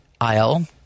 aisle